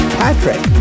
patrick